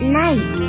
night